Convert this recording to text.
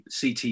CT